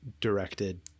directed